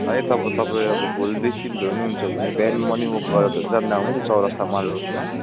भाइ तपाईँ तपाईँ अब भोलिदेखि भ्याउनुहुन्छ भने बिहान मर्निङ वाक गएर त जाँदा हुन्छ चौरस्ता माल रोडसम्म